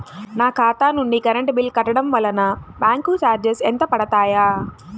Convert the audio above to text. నా ఖాతా నుండి కరెంట్ బిల్ కట్టడం వలన బ్యాంకు చార్జెస్ ఎంత పడతాయా?